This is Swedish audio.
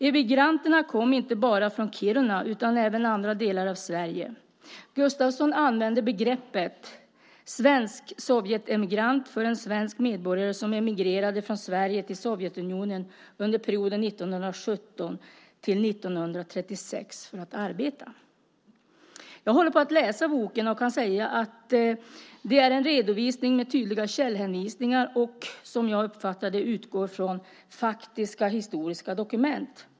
Emigranterna kom inte bara från Kiruna utan även andra delar av Sverige." Gustafsson använder begreppet svensk sovjetemigrant för en svensk medborgare som emigrerade från Sverige till Sovjetunionen under perioden 1917-1936 för att arbeta. Jag håller på att läsa boken och kan säga att det är en redovisning med tydliga källhänvisningar och som jag uppfattar det utgår från faktiska historiska dokument.